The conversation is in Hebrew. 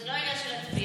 זה לא עניין של להצביע.